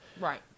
Right